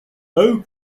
eau